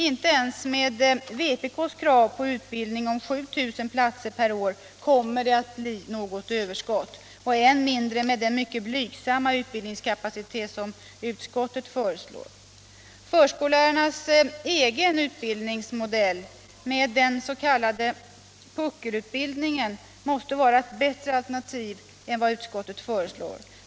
Inte ens med vpk:s krav på utbildning med 7000 platser per år kommer det att bli något överskott, än mindre med den mycket blygsamma utbildningskapacitet som utskottet föreslår. Förskollärarnas egen utbildningsmodell, den s.k. puckelutbildningen, måste vara ett bättre alternativ än vad utskottet föreslår.